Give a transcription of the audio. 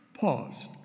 Pause